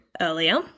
Earlier